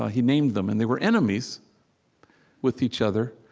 ah he named them, and they were enemies with each other.